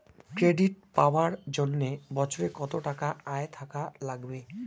Credit পাবার জন্যে বছরে কত টাকা আয় থাকা লাগবে?